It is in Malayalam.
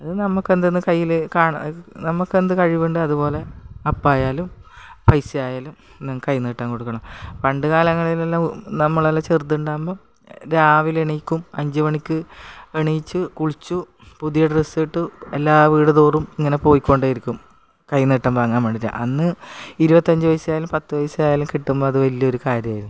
അതു നമുക്ക് എന്തെന്ന് കയ്യിൽ കാണാം നമുക്കെന്തു കഴിവുണ്ട് അതുപോലെ അപ്പായാലും പൈസ ആയാലും കൈനീട്ടം കൊടുക്കണം പണ്ട് കാലങ്ങളിലെല്ലാം നമ്മളെല്ലാം ചെറുത് ണ്ടാകുമ്പോൾ രാവിലെ എണീക്കും അഞ്ചു മണിക്ക് എണീറ്റു കുളിച്ചു പുതിയ ഡ്രസ്സിട്ട് എല്ലാ വീടു തോറും ഇങ്ങനെ പോയ്കൊണ്ടേ ഇരിക്കും ഇങ്ങനെ കൈ നീട്ടം വാങ്ങാൻ വേണ്ടിയിട്ട് അന്ന് ഇരുപത്തഞ്ച് പൈസ ആയാലും പത്തു പൈസ ആയാലും കിട്ടുമ്പോഴതു വലിയൊരു കാര്യമാ